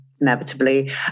inevitably